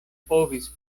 povis